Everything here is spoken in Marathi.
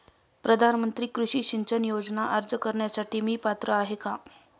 प्रधानमंत्री कृषी सिंचन योजना अर्ज भरण्यासाठी मी पात्र आहे का?